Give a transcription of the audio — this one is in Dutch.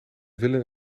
willen